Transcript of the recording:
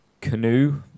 canoe